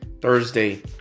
Thursday